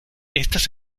estas